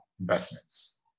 investments